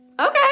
Okay